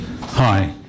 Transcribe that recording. Hi